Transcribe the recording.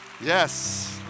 Yes